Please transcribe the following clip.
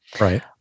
Right